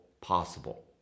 possible